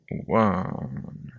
one